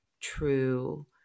true